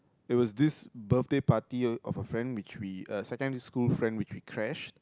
it was this birthday party of a friend which we uh secondary school friend which we crashed